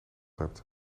hebt